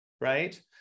right